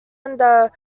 under